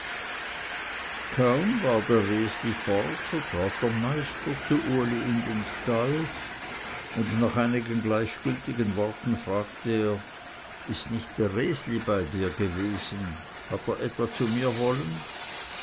kaum war der resli fort so trat der meister zu uli in den stall und nach einigen gleichgültigen worten fragte er ist nicht der resli bei dir gewesen hat er etwa zu mir wollen